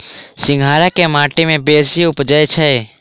सिंघाड़ा केँ माटि मे बेसी उबजई छै?